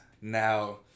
Now